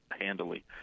handily